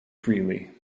freely